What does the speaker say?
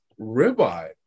ribeye